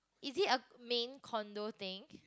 is it a main condo thing